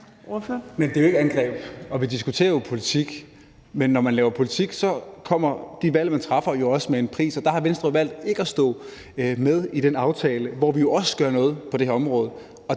Men det er jo ikke angreb, og vi diskuterer politik, men når man laver politik, kommer de valg, man træffer, også med en pris. Der har Venstre valgt ikke at være med i den aftale, hvor vi jo også gør noget på det her område.